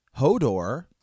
Hodor